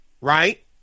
Right